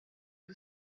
que